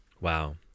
Wow